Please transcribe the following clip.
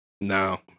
No